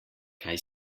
kaj